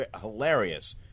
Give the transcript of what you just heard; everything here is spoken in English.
Hilarious